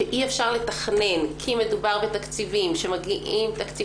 שאי אפשר לתכנן כי מדובר בתקציבים קואליציוניים,